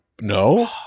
no